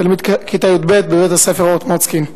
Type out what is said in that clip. תלמיד כיתה י"ב בבית-הספר "אורט מוצקין".